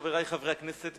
חברי חברי הכנסת,